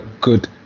good